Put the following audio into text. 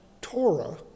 Torah